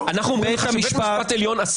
אנחנו אומרים לך שבית המשפט העליון,